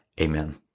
Amen